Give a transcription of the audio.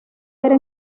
era